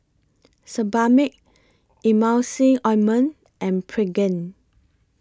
Sebamed Emulsying Ointment and Pregain